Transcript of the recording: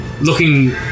looking